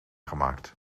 gemaakt